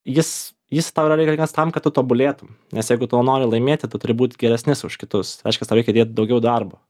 jis jis tau yra reikalingas tam kad tu tobulėtum nes jeigu tu nori laimėti tu turi būti geresnis už kitus reiškias tau reikia įdėti daugiau darbo